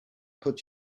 put